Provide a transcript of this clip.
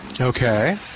Okay